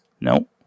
No